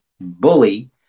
bully